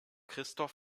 christoph